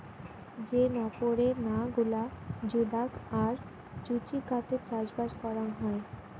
যে নপরে না গুলা জুদাগ আর জুচিকাতে চাষবাস করাং হই